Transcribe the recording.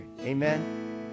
Amen